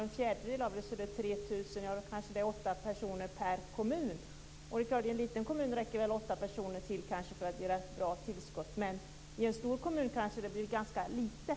En fjärdedel av det är 3 000, och då blir det kanske 8 personer per kommun. I en liten kommun kan 8 personer räcka till för att ge ett bra tillskott, men i en stor kommun kanske det är ganska litet.